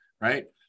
right